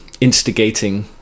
instigating